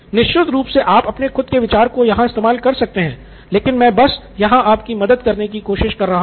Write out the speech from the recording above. निश्चित रूप से आप अपने खुद के विचारों का यहाँ इस्तेमाल कर सकते हैं लेकिन मैं बस यहां आपकी मदद करने की कोशिश कर रहा हूं